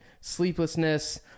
sleeplessness